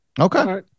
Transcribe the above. Okay